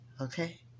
Okay